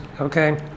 okay